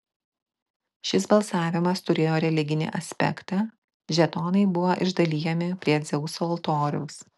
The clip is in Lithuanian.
šis balsavimas turėjo religinį aspektą žetonai buvo išdalijami prie dzeuso altoriaus